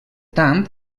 tant